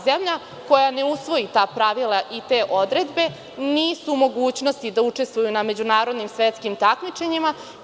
Zemlja koja ne usvoji ta pravila i te odredbe nisu u mogućnosti da učestvuju na međunarodnim svetskim takmičenjima.